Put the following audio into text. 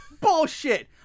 bullshit